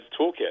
toolkit